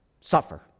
suffer